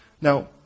Now